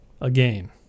again